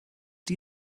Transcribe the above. die